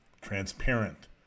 transparent